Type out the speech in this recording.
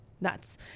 Nuts